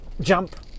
Jump